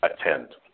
attend